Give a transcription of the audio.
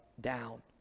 down